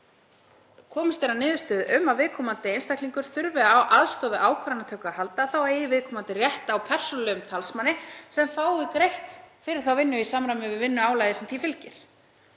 komist er að niðurstöðu um að viðkomandi einstaklingur þurfi á aðstoð við ákvarðanatöku að halda, eigi viðkomandi rétt á persónulegum talsmanni sem fái greitt fyrir vinnuna í samræmi við álagið sem henni fylgir.